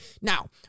Now